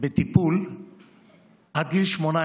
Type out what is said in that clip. בטיפול עד גיל 18,